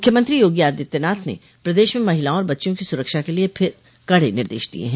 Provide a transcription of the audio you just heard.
मुख्यमंत्री योगी आदित्यनाथ ने प्रदश में महिलाओं और बच्चियों की सुरक्षा के लिए फिर कड़े निर्देश दिये हैं